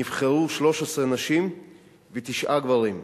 נבחרו 13 נשים ותשעה גברים.